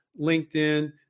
LinkedIn